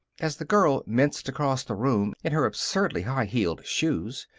as the girl minced across the room in her absurdly high-heeled shoes,